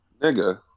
nigga